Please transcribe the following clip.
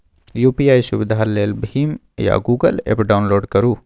UPI सुविधा लेल भीम या गुगल एप्प डाउनलोड करु